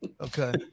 Okay